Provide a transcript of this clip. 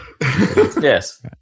Yes